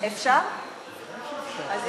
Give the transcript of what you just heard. טוב,